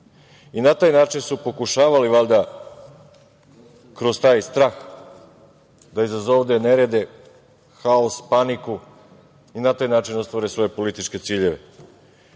taj način su pokušavali valjda, kroz taj strah, da izazovu nerede, haos, paniku i na taj način ostvare svoje političke ciljeve.